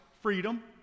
freedom